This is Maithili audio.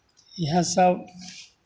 इएहसभ